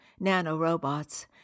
nanorobots